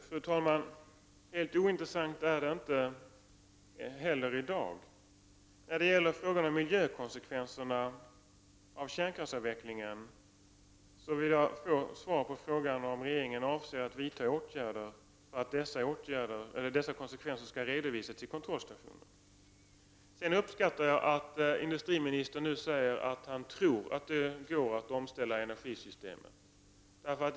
Fru talman! Helt ointressant är denna fråga inte heller i dag. När det gäller miljökonsekvenserna av kärnkraftsavvecklingen vill jag ha svar på frågan om regeringen avser att vidta åtgärder för att dessa konsekvenser skall redovisas i samband med kontrollstationen. Vidare uppskattar jag att industriministern nu säger att han tror att det går att ställa om energisystemet.